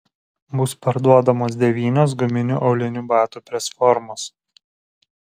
bus parduodamos devynios guminių aulinių batų presformos